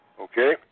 Okay